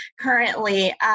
currently